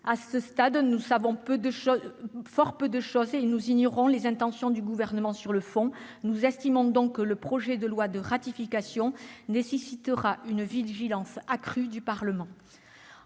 À ce stade, nous savons fort peu de choses et nous ignorons les intentions du Gouvernement sur le fond. Nous estimons donc que le projet de loi de ratification nécessitera une vigilance accrue du Parlement.